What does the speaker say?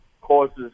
causes